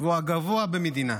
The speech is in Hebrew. והוא הגבוה במדינה.